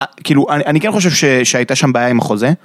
כאילו אני כן חושב שהייתה שם בעיה עם החוזה.